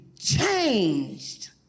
changed